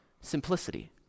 simplicity